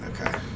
Okay